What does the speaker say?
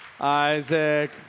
Isaac